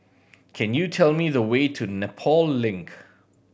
can you tell me the way to Nepal Link